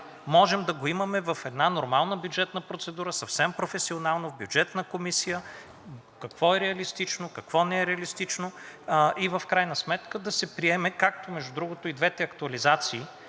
можем да го имаме в една нормална бюджетна процедура, съвсем професионално, в Бюджетната комисия. Какво е реалистично, какво не е реалистично? И в крайна сметка да се приеме, както, между другото, и двете актуализации,